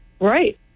Right